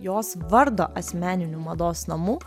jos vardo asmeninių mados namų